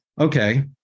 okay